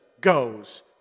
goes